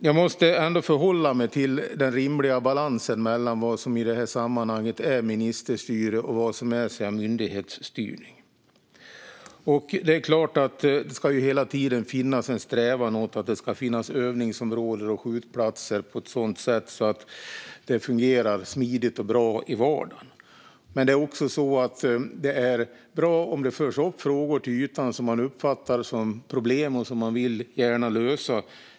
Jag måste ändå förhålla mig till den rimliga balansen mellan vad som i det här sammanhanget är ministerstyre och vad som är myndighetsstyrning. Det är klart att det hela tiden ska finnas en strävan mot att det ska finnas övningsområden och skjutplatser på ett sådant sätt att det fungerar smidigt och bra i vardagen. Men det är bra om det förs upp frågor till ytan som man uppfattar som problem och som man gärna vill lösa.